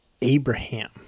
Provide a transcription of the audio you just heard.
Abraham